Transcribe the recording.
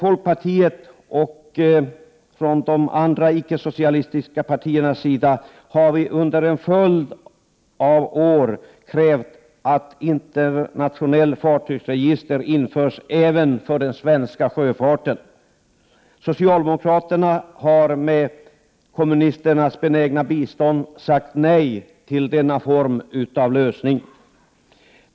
Folkpartiet, och de andra icke-socialistiska partierna, har under en följd av år krävt att ett internationellt fartygsregister införs även för den svenska sjöfarten. Socialdemokraterna har med kommunisternas benägna bistånd sagt nej till denna lösning.